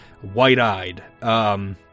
white-eyed